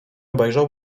obejrzał